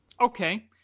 Okay